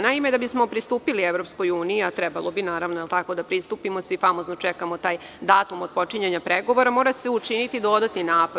Naime, da bismo pristupili EU, a trebalo naravno jel tako da pristupimo, svi famozno čekamo taj datum otpočinjanja pregovora, mora se učiniti dodatni napor.